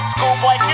Schoolboy